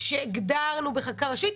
הגדרנו בחקיקה ראשית,